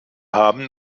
haben